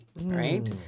Right